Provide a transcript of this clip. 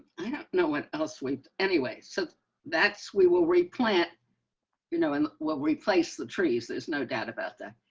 i don't know what else went anyway. so that's, we will replant you know and what replace the trees. there's no doubt about that.